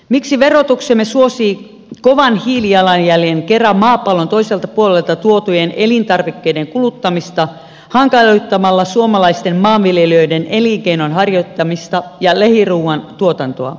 miksi verotuksemme suosii kovan hiilijalanjäljen kera maapallon toiselta puolelta tuotujen elintarvikkeiden kuluttamista hankaloittamalla suomalaisten maanviljelijöiden elinkeinon harjoittamista ja lähiruuan tuotantoa